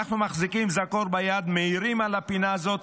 אנחנו מחזיקים זרקור ביד, מאירים על הפינה הזאת.